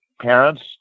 parents